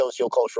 sociocultural